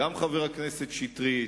גם חבר הכנסת שטרית,